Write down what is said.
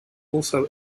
also